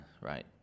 right